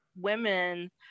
women